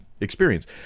experience